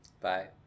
Bye